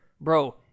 Bro